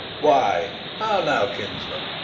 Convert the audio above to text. why, how now, kinsman!